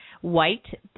white